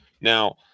Now